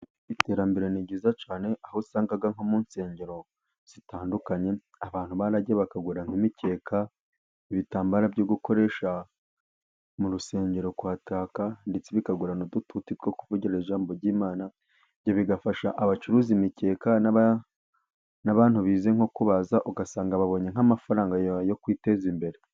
Iterambere ni ryiza cyane aho usanga nko mu nsengero zitandukanye, abantu baragiye bakagura nk'imikeka, ibitambaro byo gukoresha mu rusengero, kuhataka ndetse bakagura n'udututi two kuvugiraho ijambo ry'Imana, ibyo bigafasha abacuruza imikeka n'abantu bize nko kubaza, ugasanga babonye nk'amafaranga ya... yo kwiteza imbere.